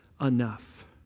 enough